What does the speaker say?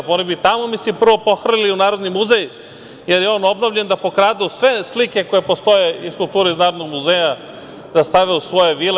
Oni mi tamo prvo pohrlili u Narodni muzej, jer je on obnovljen, da pokradu sve slike koje postoje iz kulture iz Narodnog muzeja da stave u svoje vile.